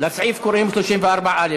לסעיף קוראים 34(א).